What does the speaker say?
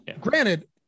granted